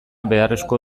beharrezko